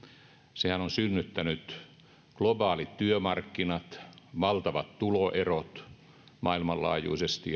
sehän on synnyttänyt globaalit työmarkkinat valtavat tuloerot maailmanlaajuisesti